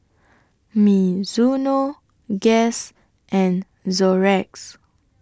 Mizuno Guess and Xorex